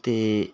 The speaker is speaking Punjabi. ਅਤੇ